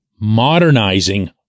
modernizing